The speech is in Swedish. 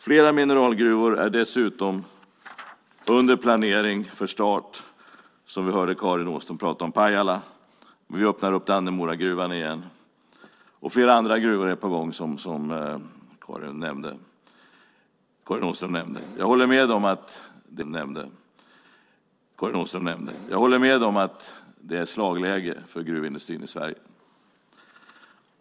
Flera mineralgruvor är dessutom under planering för start, som vi hörde Karin Åström prata om. Det handlar om Pajala, och vi öppnar Dannemoragruvan igen. Flera andra gruvor är på gång, som Karin Åström nämnde. Jag håller med om att det är slagläge för gruvindustrin i Sverige.